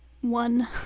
one